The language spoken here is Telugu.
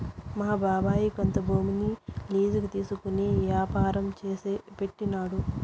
మా బాబాయ్ కొంత భూమిని లీజుకి తీసుకునే యాపారం పెట్టినాడు